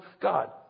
God